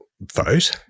vote